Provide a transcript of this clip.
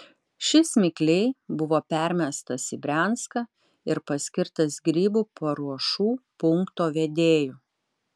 šis mikliai buvo permestas į brianską ir paskirtas grybų paruošų punkto vedėju